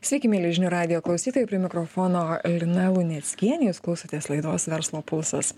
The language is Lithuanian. sveiki mieli žinių radijo klausytojai prie mikrofono lina luneckienė jūs klausotės laidos verslo pulsas